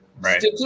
Right